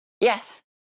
Yes